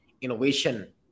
innovation